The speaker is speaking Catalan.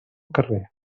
carrer